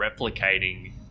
replicating